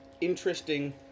interesting